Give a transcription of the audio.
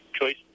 Choice